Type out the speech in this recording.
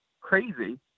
crazy